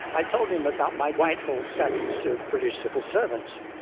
i told him about my whitehall studies of british civil servants.